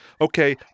okay